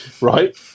right